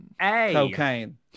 Cocaine